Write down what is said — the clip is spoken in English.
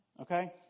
Okay